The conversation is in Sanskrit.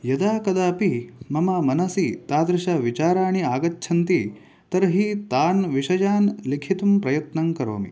यदा कदापि मम मनसि तादृशविचाराणि आगच्छन्ति तर्हि तान् विषयान् लिखितुं प्रयत्नं करोमि